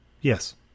Yes